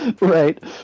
Right